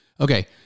Okay